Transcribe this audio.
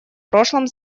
прошлом